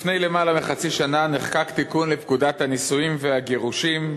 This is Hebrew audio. לפני למעלה מחצי שנה נחקק תיקון לפקודת הנישואים והגירושים,